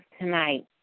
tonight